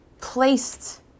placed